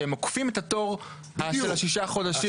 שהם עוקפים את התור של השישה חודשים.